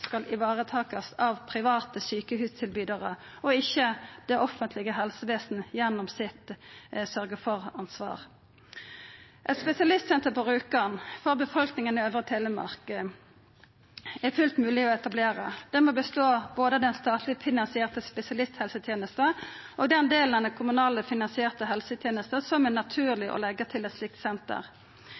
skal varetakast av private sjukehustilbydarar og ikkje av det offentlege helsevesen gjennom sitt sørge-for-ansvar. Eit spesialistsenter på Rjukan for befolkninga i Øvre Telemark er fullt mogleg å etablera. Det må bestå av både den statleg finansierte spesialisthelsetenesta og den delen av den kommunalt finansierte helsetenesta som det er naturleg å leggja til eit slikt senter.